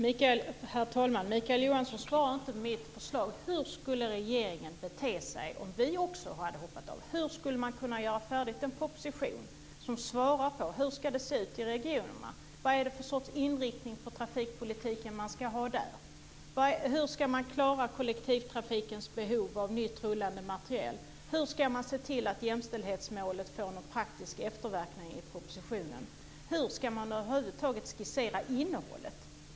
Herr talman! Mikael Johansson svarade inte beträffande mitt förslag. Hur skulle regeringen bete sig om vi också hade hoppat av? Hur skulle man kunna färdigställa en proposition som ger svar på frågorna: Hur ska det se ut i regionerna? Vad är det för sorts inriktning på trafikpolitiken som man ska ha där? Hur ska man klara kollektivtrafikens behov av ny rullande materiel? Hur ska man se till att jämställdhetsmålet får praktiska efterverkningar i propositionen? Hur ska man över huvud taget skissera innehållet?